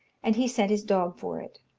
and he sent his dog for it.